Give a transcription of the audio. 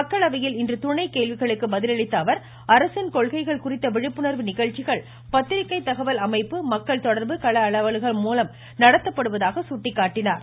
மக்களவையில் இன்று துணைக் கேள்விகளுக்கு பதிலளித்த அவர் அரசின் கொள்கைகள் குறித்த விழிப்புணர்வு நிகழ்ச்சிகள் பத்திரிகை தகவல் அமைப்பு மக்கள் தொடர்பு கள அலுவலகம் மூலம் நடத்தப்படுவதாகவும் சுட்டிக்காட்டினார்